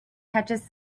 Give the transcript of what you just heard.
catches